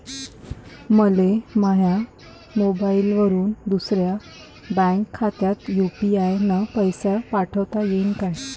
मले माह्या मोबाईलवरून दुसऱ्या बँक खात्यात यू.पी.आय न पैसे पाठोता येईन काय?